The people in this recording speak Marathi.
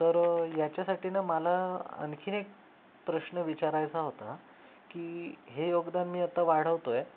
तर याच्यासाठी ना मला आणखीन एक प्रश्न विचारायचा होता की हे योगदान मी आता वाढवतो आहे